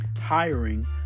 Hiring